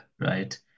right